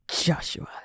Joshua